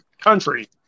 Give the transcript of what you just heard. country